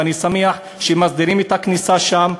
ואני שמח שמסדירים את הכניסה שם,